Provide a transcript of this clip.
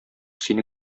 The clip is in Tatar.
сине